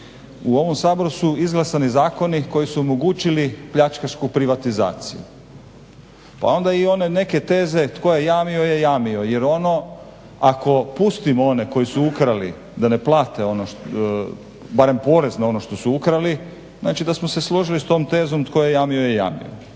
U ovom Saboru su izglasani zakoni koji su omogućili pljačkašku privatizaciju pa onda i one neke teze tko je jamio je jamio jer ono ako pustimo one koji su ukrali da ne plate ono barem porez na ono što su ukrali, znači da smo se složili s tom tezom tko je jamio je jamio.